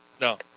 No